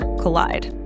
collide